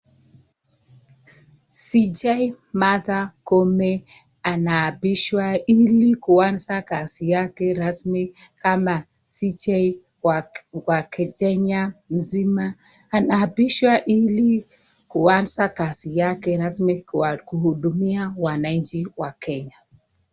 CJ Martha Koome anapishwa ili kuanza kazi yake rasmi kama CJ wa Kenya mzima, anaapishwa ili kuanza kazi yake rasmi kwa kuhudumia wananchi wa Kenya.